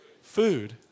Food